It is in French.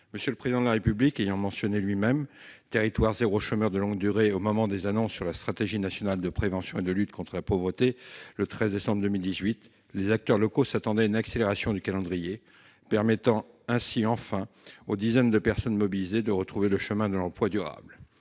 durée. Le Président de la République ayant mentionné lui-même le dispositif « Territoires zéro chômeur de longue durée » au moment des annonces sur la Stratégie nationale de prévention et de lutte contre la pauvreté, le 13 septembre 2018, les acteurs locaux s'attendaient à une accélération du calendrier, permettant enfin aux dizaines de personnes mobilisées de retrouver le chemin de l'emploi durable.